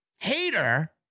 Hater